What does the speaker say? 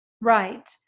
Right